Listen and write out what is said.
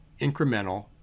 incremental